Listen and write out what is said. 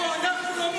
תוציאו אותה, בבקשה.